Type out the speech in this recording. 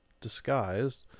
disguised